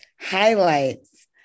Highlights